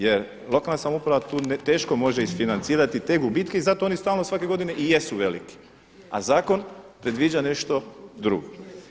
Jer lokalna samouprava tu teško može isfinancirati te gubitke i zato oni stalno svake godine i jesu veliki, a zakon predviđa nešto drugo.